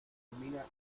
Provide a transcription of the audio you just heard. denomina